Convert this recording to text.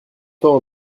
temps